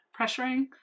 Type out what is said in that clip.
pressuring